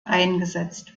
eingesetzt